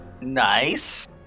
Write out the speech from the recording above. Nice